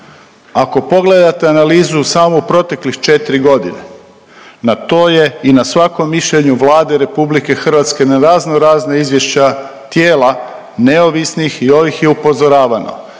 Ako pogledate analizu samo u proteklih 4 godine na to je i na svakom mišljenju Vlade RH na razno razne izvješća tijela neovisnih i ovih je upozoravano